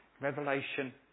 Revelation